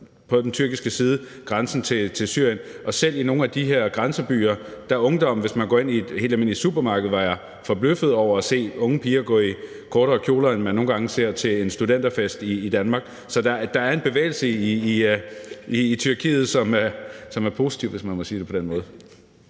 på den tyrkiske side af grænsen til Syrien, og jeg var forbløffet over, at man selv i nogle af de her grænsebyer i helt almindelige supermarkeder kunne se unge piger gå i kortere kjoler, end man nogle gange ser til en studenterfest i Danmark. Så der er en bevægelse i Tyrkiet, som er positiv, hvis man må sige det på den måde.